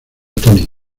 tony